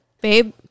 babe